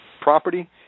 property